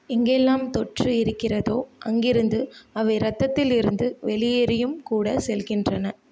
எங்கெல்லாம் தொற்று இருக்கிறதோ அங்கிருந்து அவை இரத்தத்தில் இருந்து வெளியேறியும் கூட செல்கின்றன